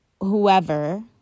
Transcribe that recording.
whoever